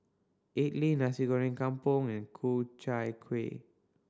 idly Nasi Goreng Kampung and Ku Chai Kueh